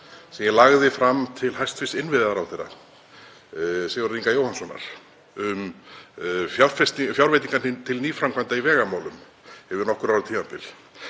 sem ég lagði fram til hæstv. innviðaráðherra, Sigurðar Inga Jóhannssonar, um fjárveitingar til nýframkvæmda í vegamálum yfir nokkurra ára tímabil.